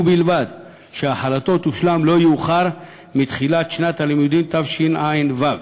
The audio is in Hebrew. ובלבד שהחלתו תושלם לא יאוחר מתחילת שנת הלימודים התשע"ו.